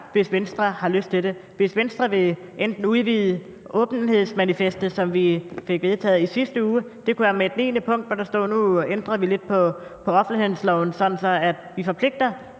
hvis Venstre havde lyst til det. Hvis Venstre vil udvide åbenhedsmanifestet, som vi fik vedtaget i sidste uge – det kunne være med et 9. punkt, hvor der står, at nu ændrer vi på offentlighedsloven, sådan at